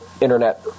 Internet